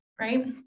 right